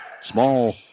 Small